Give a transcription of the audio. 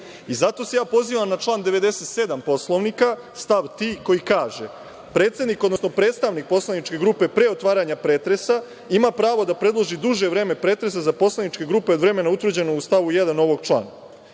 Zato se ja pozivam na član 97. Poslovnika, stav 3. koji kaže – predsednik, odnosno predstavnik poslaničke grupe pre otvaranja pretresa ima pravo da predloži duže vreme pretresa za poslaničke grupe od vremena utvrđenog u stavu 1. ovog člana,